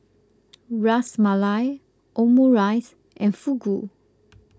Ras Malai Omurice and Fugu